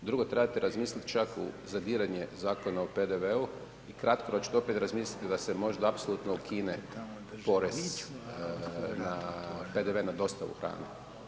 Drugo trebate razmisliti čak u zadiranje Zakona o PDV-u i kratkoročno opet razmislite da se možda apsolutno ukine porez na, PVD na dostavu hrane.